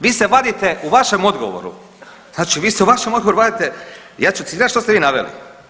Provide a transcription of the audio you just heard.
Vi se vadite u vašem odgovoru, znači vi se u vašem odgovoru vadite, ja ću citirati što ste vi naveli.